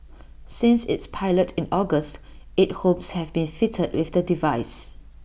since its pilot in August eight homes have been fitted with the device